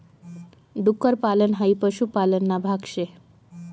डुक्कर पालन हाई पशुपालन ना भाग शे